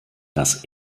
das